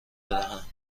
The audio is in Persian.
بدهم